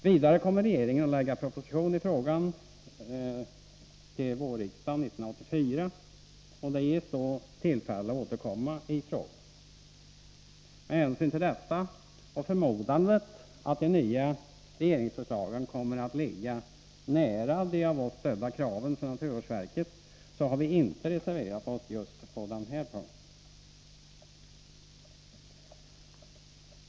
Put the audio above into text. Vidare kommer regeringen att framlägga en proposition i frågan till vårriksdagen 1984, och det ges då tillfälle att återkomma i frågan. Med hänsyn till detta och förmodandet att de nya regeringsförslagen kommer att ligga nära de av oss stödda kraven från naturvårdsverket har vi inte reserverat oss just på denna punkt.